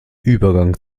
übergang